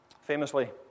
Famously